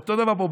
אותו דבר פה.